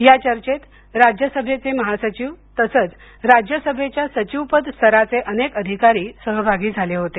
या चर्चेत राज्यसभेचे महासचिव तसंच राज्य सभेच्या सचिवपद स्तरांचे अनेक अधिकारी सहभागी झाले होते